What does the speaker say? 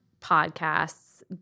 podcasts